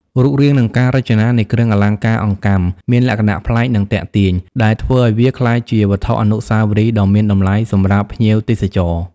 រូបរាង និងការរចនានៃគ្រឿងអលង្ការអង្កាំមានលក្ខណៈប្លែក និងទាក់ទាញ ដែលធ្វើឱ្យវាក្លាយជាវត្ថុអនុស្សាវរីយ៍ដ៏មានតម្លៃសម្រាប់ភ្ញៀវទេសចរ។